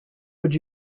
would